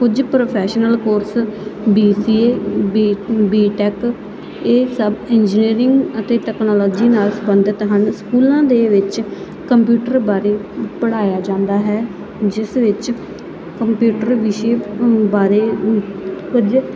ਕੁਝ professional course B C A B B tech ਇਹ ਸਭ ਇੰਜੀਨੀਅਰਿੰਗ ਅਤੇ ਤਕਨਾਲੋਜੀ ਨਾਲ ਸੰਬੰਧਿਤ ਹਨ ਸਕੂਲਾਂ ਦੇ ਵਿੱਚ ਕੰਪਿਊਟਰ ਬਾਰੇ ਪੜ੍ਹਾਇਆ ਜਾਂਦਾ ਹੈ ਜਿਸ ਵਿੱਚ ਕੰਪਿਊਟਰ ਵਿਸ਼ੇ ਬਾਰੇ ਕੁਝ